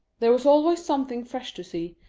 there was always something fresh to see,